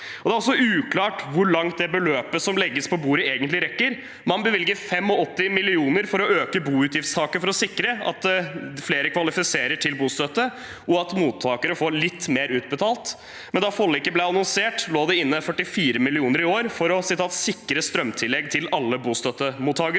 Det er også uklart hvor langt det beløpet som legges på bordet, egentlig rekker. Man øker bevilgningen med 85 mill. kr for å øke boutgiftstaket og sikre at flere kvalifiserer til bostøtte, og at mottakere får litt mer utbetalt. Da forliket ble annonsert, lå det inne 44 mill. kr i år for «å sikre strømtillegg til alle bostøttemottakere»